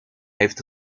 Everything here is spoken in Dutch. heeft